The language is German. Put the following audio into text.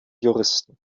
juristen